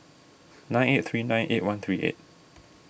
nine eight three nine eight one three eight